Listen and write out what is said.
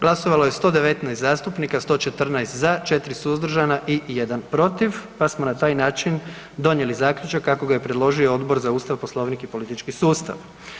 Glasovalo je 119 zastupnika, 114 za, 4 suzdržana i 1 protiv pa smo na taj način donijeli zaključak kako ga je predložio Odbor za Ustav, Poslovnik i politički sustav.